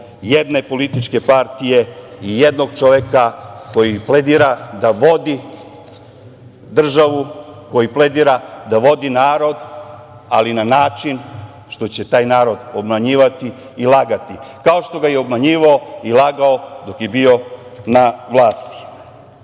jedne političke partije i jednog čoveka, koji pledira da vodi državu, koji pledira da vodi narod, ali na način što će taj narod obmanjivati i lagati, kao što ga je obmanjivao, i lagao dok je bio na vlasti. Na